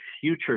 future